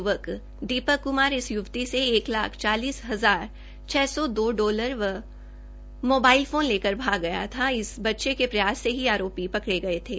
य्वक दीपक क्मार इस य्वती से एक लाख चालीस हजार छ सौ दो डालर व मोबाइल फोन लेकर भाग गया था इस बच्चे के प्रयास से ही आरोपी भी पकड़े गये थे